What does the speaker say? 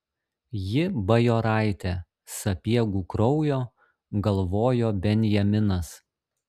ji bajoraitė sapiegų kraujo galvojo benjaminas